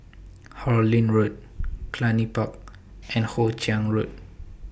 Harlyn Road Cluny Park and Hoe Chiang Road